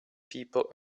people